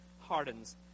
hardens